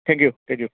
thank you thank you